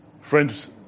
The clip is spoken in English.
Friends